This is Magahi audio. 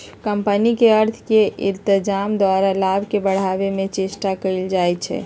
कंपनी अर्थ के इत्जाम द्वारा लाभ के बढ़ाने के चेष्टा कयल जाइ छइ